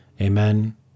Amen